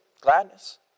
gladness